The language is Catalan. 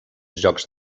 jocs